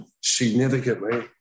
significantly